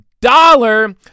dollar